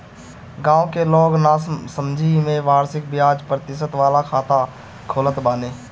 गांव के लोग नासमझी में वार्षिक बियाज प्रतिशत वाला खाता खोलत बाने